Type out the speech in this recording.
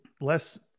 less